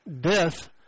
death